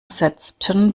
setzten